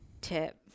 tip